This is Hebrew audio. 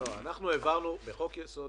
בחוק יסוד: